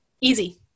easy